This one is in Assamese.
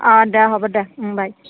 অঁ দে হ'ব দে বাই